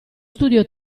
studio